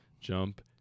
Jump